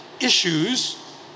issues